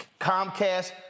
Comcast